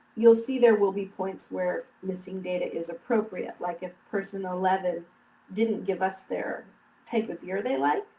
you'll see there will be points where missing data is appropriate like if person eleven didn't give us their type of beer they like.